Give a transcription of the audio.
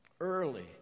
early